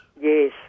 Yes